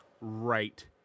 right